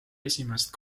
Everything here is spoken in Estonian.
esimest